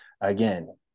again